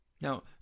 Now